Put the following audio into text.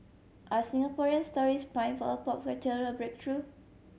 are Singaporean stories primed for a pop breakthrough